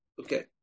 Okay